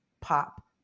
pop